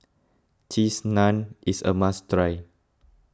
Cheese Naan is a must try